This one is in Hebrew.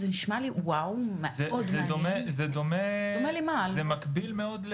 זה מקביל מאוד,